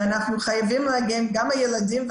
ואנחנו חייבים להגן גם על הילדים,